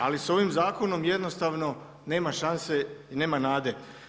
Ali sa ovim zakonom jednostavno nema šanse i nema nade.